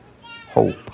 hope